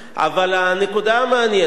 אבל הנקודה המעניינת היא,